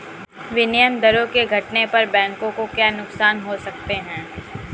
विनिमय दरों के घटने पर बैंकों को क्या नुकसान हो सकते हैं?